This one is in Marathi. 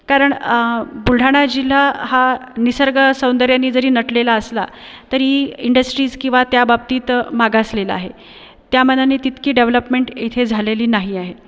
कारण बुलढाणा जिल्हा हा निसर्गसौंदर्यांनी जरी नटलेला असला तरी इंडस्ट्रीज किंवा त्या बाबतीत मागासलेला आहे त्यामानाने तितकी डेवलपमेंट इथे झालेली नाही आहे